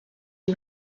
you